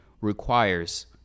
requires